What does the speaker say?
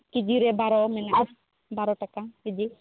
ᱠᱮᱡᱤ ᱨᱮ ᱵᱟᱨᱚ ᱢᱮᱱᱟᱜᱼᱟ ᱵᱟᱨᱚ ᱴᱟᱠᱟ ᱠᱮᱡᱤ